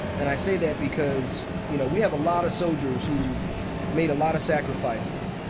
and i say that because, you know, we have a lot of soldiers who've made a lot of sacrifices.